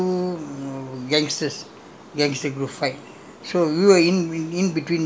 through the gang fight between two gangsters